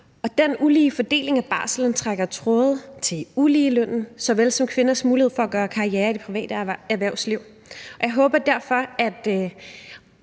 Den ulige fordeling af barslen trækker tråde til uligelønnen såvel som til kvinders mulighed for at gøre karriere i det private erhvervsliv. Jeg håber derfor –